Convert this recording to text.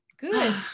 Good